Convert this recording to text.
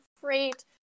great